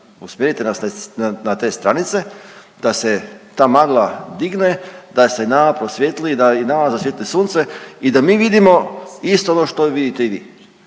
usmjerite nas na te stranice da se ta magla digne, da se nama posvijetli da i nama zasvijetli sunce i da mi vidimo isto ono što vidite i vi.